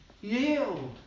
Yield